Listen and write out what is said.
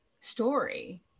story